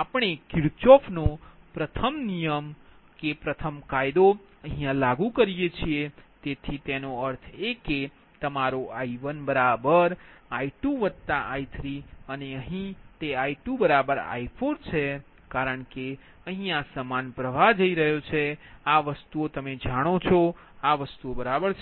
આપણે કિર્ચહોફનો પ્રથમ કાયદો લાગુ કરીએ છીએ તેથી તેનો અર્થ એ કે તમારો I1I2I3 અને અહીં તે I2I4 છે કારણ કે સમાન પ્રવાહ અહીં જઈ રહ્યો છે આ બરાબર છે